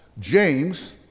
James